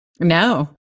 No